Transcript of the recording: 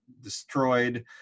destroyed